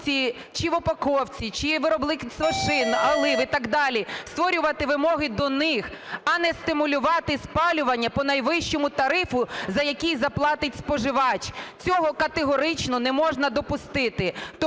чи в упаковці, чи виробництво шин, олив і так далі, створювати вимоги до них, а не стимулювати спалювання по найвищому тарифу, за який заплатить споживач. Цього категорично не можна допустити.